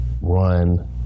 run